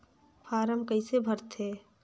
Form कइसे भरते?